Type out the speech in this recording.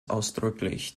ausdrücklich